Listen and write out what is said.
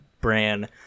bran